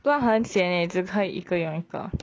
不然很 sian eh 只可以一个用一个